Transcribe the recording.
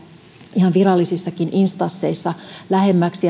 ihan virallisissakin instansseissa lähemmäksi